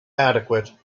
adequate